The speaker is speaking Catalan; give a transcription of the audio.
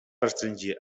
restringir